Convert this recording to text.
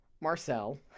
Marcel